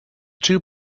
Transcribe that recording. two